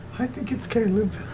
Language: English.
i think it's caleb.